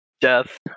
Death